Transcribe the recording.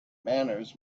manners